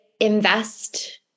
invest